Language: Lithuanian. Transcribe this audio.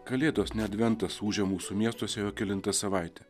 kalėdos ne adventas ūžia mūsų miestuose jau kelinta savaitė